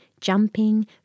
jumping